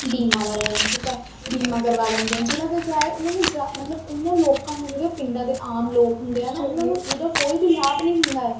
ਬੀਮਾ ਵਾਲਿਆਂ ਨੂੰ ਠੀਕ ਹੈ ਬੀਮਾ ਕਰਵਾ ਲੈਂਦੇ ਆ ਜਿਹਨਾ ਅਤੇ ਕਿਆ ਏ ਉਹਨਾਂ ਨੂੰ ਜਾ ਮਤਲਬ ਉਹਨਾਂ ਲੋਕਾਂ ਨੂੰ ਜਿਹੜੇ ਪਿੰਡਾਂ ਦੇ ਆਮ ਲੋਕ ਹੁੰਦੇ ਆ ਨਾ ਉਹਨਾਂ ਨੂੰ ਉਹਦਾ ਕੋਈ ਵੀ ਲਾਭ ਨਹੀਂ ਹੁੰਦਾ